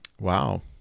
Wow